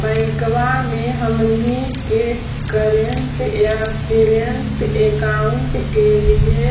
बैंकवा मे हमनी के करेंट या सेविंग अकाउंट के लिए